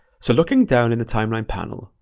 so looking down in the timeline panel,